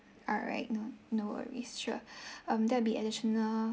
alright no no worries sure um that'll be additional